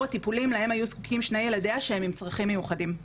הטיפולים להם היו זקוקים שני ילדיה שהם עם צרכים מיוחדים,